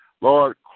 Lord